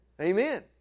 Amen